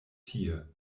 tie